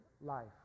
life